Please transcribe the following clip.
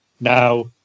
Now